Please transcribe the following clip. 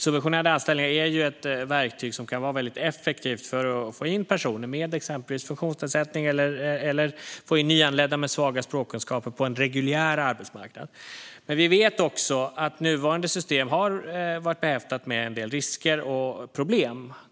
Subventionerade anställningar är ju ett verktyg som kan vara väldigt effektivt för att få in personer med exempelvis funktionsnedsättning eller nyanlända med svaga språkkunskaper på den reguljära arbetsmarknaden. Men vi vet också att nuvarande system har varit behäftat med en del risker och problem.